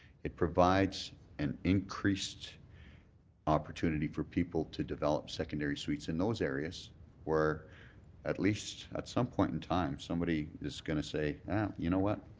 it provides an increased opportunity for people to develop secondary suites in those areas where at least at some point in time somebody is going to say you know what,